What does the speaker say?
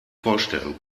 vorstellen